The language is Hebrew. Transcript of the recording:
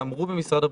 שאמרו במשרד הבריאות,